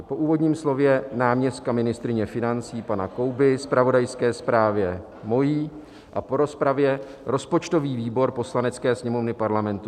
Po úvodním slově náměstka ministryně financí pana Kouby, mojí zpravodajské zprávě a po rozpravě rozpočtový výbor Poslanecké sněmovny Parlamentu